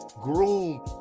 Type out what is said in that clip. groom